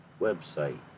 website